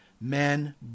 Men